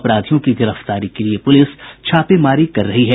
अपराधियों की गिरफ्तारी के लिये पुलिस छापेमारी कर रही है